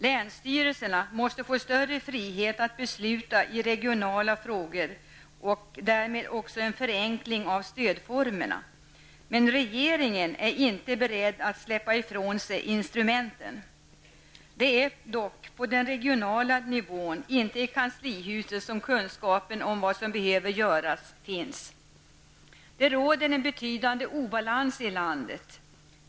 Länsstyrelserna måste få större frihet att besluta i regionala frågor, och det måste också ske en förenkling av stödformerna. Men regeringen är inte beredd att släppa ifrån sig instrumenten. Det är dock på den regionala nivån, inte i kanslihuset, som kunskapen om vad som behöver göras finns. Det finns en betydande obalans i landet.